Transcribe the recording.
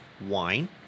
wine